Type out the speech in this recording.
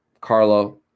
Carlo